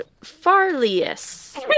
Farlius